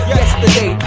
yesterday